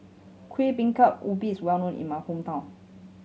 Kuih Bingka Ubi is well known in my hometown